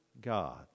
God